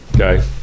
Okay